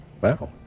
Wow